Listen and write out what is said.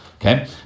Okay